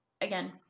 again